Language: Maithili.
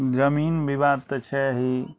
जमीन बिवाद तऽ छै ही